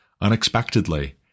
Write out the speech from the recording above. unexpectedly